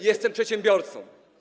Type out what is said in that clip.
Jestem przedsiębiorcą.